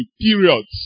periods